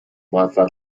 موفق